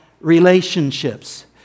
relationships